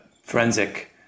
forensic